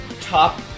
Top